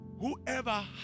whoever